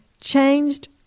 changed